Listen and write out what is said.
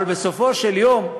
אבל בסופו של יום,